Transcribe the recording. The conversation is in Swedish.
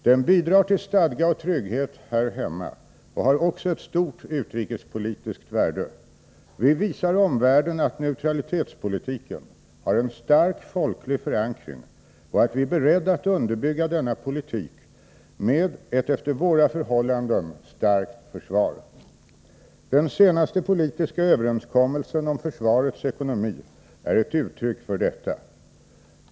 Den bidrar till stadga och trygghet här hemma och har också ett stort utrikespolitiskt värde. Vi visar omvärlden att neutralitetspolitiken har en stark folklig förankring och att vi är beredda att underbygga denna politik med ett efter våra förhållanden starkt försvar. Den senaste politiska överenskommelsen om försvarets ekonomi är ett uttryck för detta.